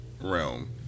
realm